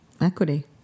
Equity